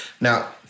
Now